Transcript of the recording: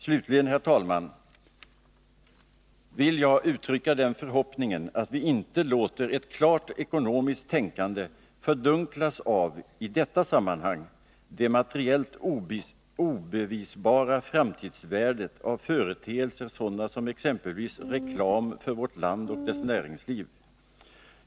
Slutligen, herr talman, vill jag uttrycka förhoppningen att vi icke låter ett klart ekonomiskt tänkande fördunklas av det i detta sammanhang materiellt obevisbara framtidsvärdet av företeelser som, för att ta ett exempel, reklam för vårt land och dess näringsliv.